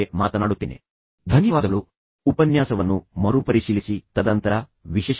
ಈಗ ನಾನು ಮುಂದಿನ ಉಪನ್ಯಾಸದಲ್ಲಿ ಹೆಚ್ಚಿನ ಸಲಹೆಗಳೊಂದಿಗೆ ಬರುತ್ತೇನೆ